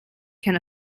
can